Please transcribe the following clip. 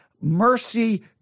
Mercy